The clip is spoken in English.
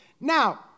Now